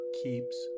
keeps